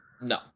No